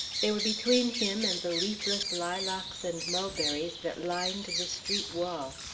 they were between him and the leafless lilacs and mulberries that lined the street wall.